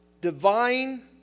divine